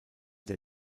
der